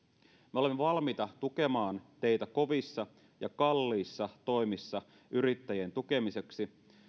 me olemme valmiita tukemaan teitä kovissa ja kalliissa toimissa yrittäjien tukemiseksi